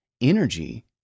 energy